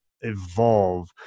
evolve